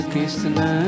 Krishna